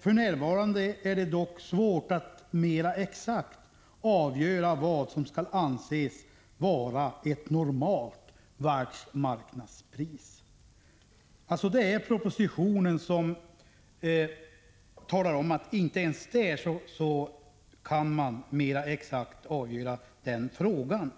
för närvarande ”är det dock svårt att mera exakt avgöra vad som skall anses vara ett normalt världsmarknadspris”. Inte ens i propositionen kan man alltså mera exakt avgöra den frågan.